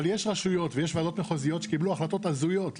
אבל יש רשויות וועדות מחוזיות שקיבלו החלטות הזויות,